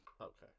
okay